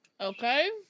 Okay